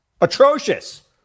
Atrocious